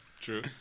True